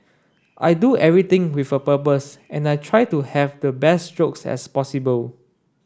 I do everything with a purpose and I try to have the best strokes as possible